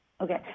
Okay